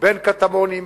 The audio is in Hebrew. בן קטמונים,